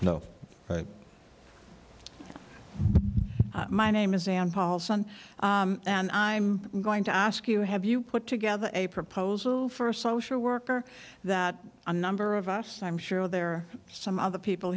no my name is ann paulson and i'm going to ask you have you put together a proposal for a social worker that a number of us i'm sure there are some other people